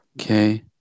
Okay